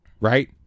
right